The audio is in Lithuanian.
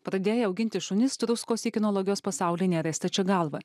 pradėję auginti šunis struskos į kinologijos pasaulį nėrė stačia galva